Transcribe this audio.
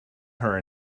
her